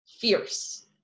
fierce